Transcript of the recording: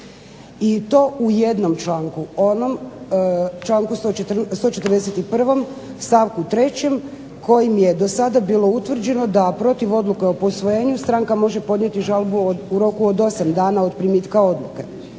i to u jednom članku, onom članku 141. stavku 3. kojim je do sada bilo utvrđeno da protiv odluke o posvojenju stranka može podnijeti žalbu u roku od 8 dana od primitka odluke.